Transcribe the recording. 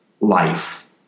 life